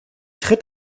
tritt